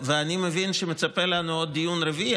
אני מבין שמצפה לנו עוד דיון רביעי,